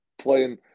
playing